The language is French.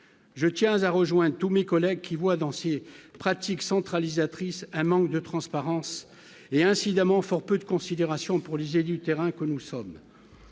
je tiens a rejoint tous mes collègues, qui voit dans ces pratiques centralisatrice, un manque de transparence, et incidemment fort peu de considération pour idée du terrain que nous sommes.